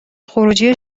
خروجی